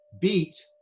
BEAT